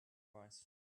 price